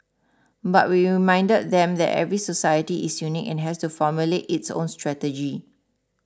but we reminded them that every society is unique and has to formulate its own strategy